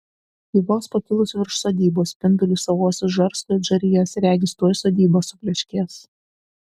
ji vos pakilus virš sodybos spindulius savuosius žarsto it žarijas regis tuoj sodyba supleškės